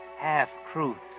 Half-truths